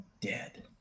dead